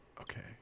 Okay